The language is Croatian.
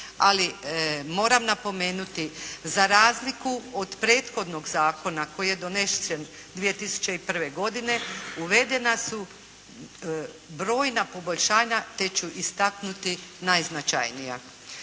ali moram napomenuti za razliku od prethodnog zakona koji je donesen 2001. godine uvedena su brojna poboljšanja te ću istaknuti najznačajnija.